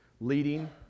leading